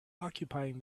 occupying